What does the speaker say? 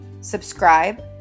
subscribe